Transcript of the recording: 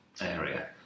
area